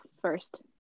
first